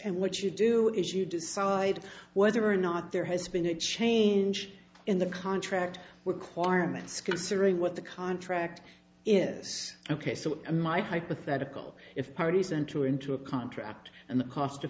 and what you do is you decide whether or not there has been a change in the contract where quire mess considering what the contract is ok so a my hypothetical if parties enter into a contract and the cost